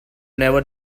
never